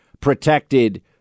protected